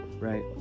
right